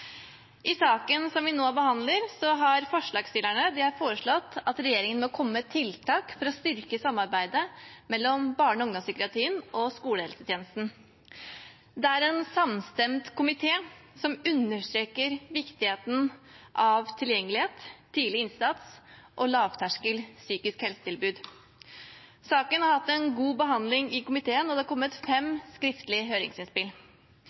I saken som vi nå behandler, har forslagsstillerne foreslått at regjeringen må komme med tiltak for å styrke samarbeidet mellom barne- og ungdomspsykiatrien og skolehelsetjenesten. Det er en samstemt komité som understreker viktigheten av tilgjengelighet, tidlig innsats og lavterskel psykisk helsetilbud. Saken har hatt en god behandling i komiteen, og det har kommet fem skriftlige høringsinnspill.